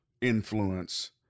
influence